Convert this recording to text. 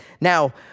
Now